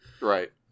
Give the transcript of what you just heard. Right